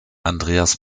andreas